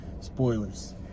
Spoilers